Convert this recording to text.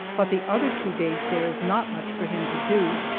but the other two days there is not much for him to do,